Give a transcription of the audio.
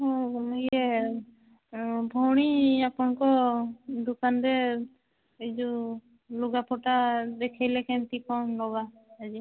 ହଁ ଇଏ ଭଉଣୀ ଆପଣଙ୍କ ଦୋକାନରେ ଏଇ ଯେଉଁ ଲୁଗା ପଟା ଦେଖାଇଲେ କେମିତି କ'ଣ ନେବା ଆଜି